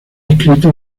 escrito